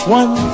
one